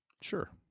Sure